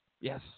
Yes